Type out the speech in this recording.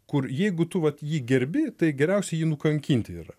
kur jeigu tu vat jį gerbi tai geriausia jį nukankinti yra